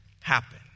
happen